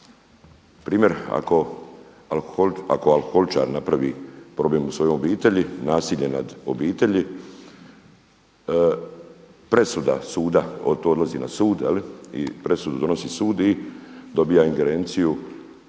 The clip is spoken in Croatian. Primjer ako alkoholičar napravi problem u svojoj obitelji, nasilje nad obitelji presuda suda, to odlazi na sud i presudu donosi sud i dobija ingerenciju,